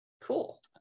Cool